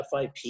FIP